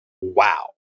Wow